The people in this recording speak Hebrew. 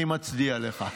אני מצדיע לך.